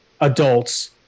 adults